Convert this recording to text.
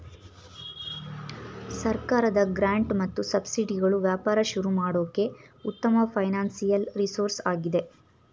ಸರ್ಕಾರದ ಗ್ರಾಂಟ್ ಮತ್ತು ಸಬ್ಸಿಡಿಗಳು ವ್ಯಾಪಾರ ಶುರು ಮಾಡೋಕೆ ಉತ್ತಮ ಫೈನಾನ್ಸಿಯಲ್ ರಿಸೋರ್ಸ್ ಆಗಿದೆ